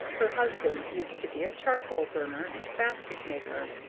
her husband used to be a charcoal-burner and basket-maker,